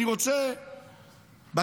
אני רוצה בקיבוצים,